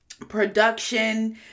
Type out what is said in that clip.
production